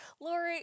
Lori